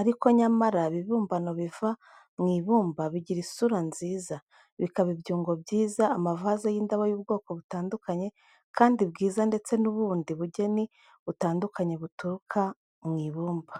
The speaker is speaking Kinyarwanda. Ariko nyamara ibibumbano biva mu ibumba bigira isura nziza, bikaba ibyungo byiza, amavaze y’indabo y’ubwoko butandukanye kandi bwiza ndetse n’ubundi bugeni butandukanye buturuka mu ibumba.